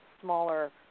smaller